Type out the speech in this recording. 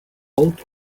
old